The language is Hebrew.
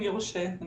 אם יורשה.